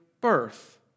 birth